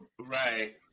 Right